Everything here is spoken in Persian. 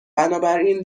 بنابراین